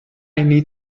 need